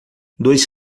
dois